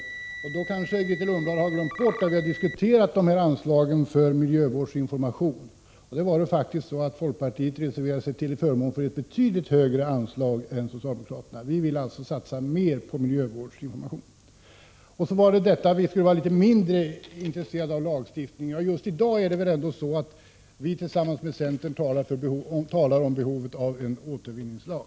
Grethe Lundblad har kanske glömt bort att vi har. diskuterat anslagen till miljövårdsinformation. Då reserverade sig faktiskt vi i folkpartiet till förmån för ett betydligt högre anslag än det anslag som socialdemokraterna förespråkade. Vi vill alltså satsa mer på miljövårdsinformation. Sedan till talet om att vi skulle vara något mindre intresserade av lagstiftning. Ja, men just i dag — det framgår väl ändå — talar folkpartiet och centern om behovet av en återvinningslag.